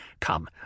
Come